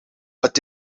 het